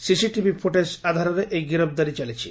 ସିସିଟିଭିର footage ଆଧାରରେ ଏହି ଗିରଫଦାରୀ ଚାଲିଛି